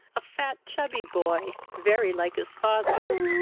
a fat chubby boy, very like his father.